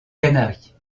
canaries